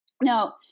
Now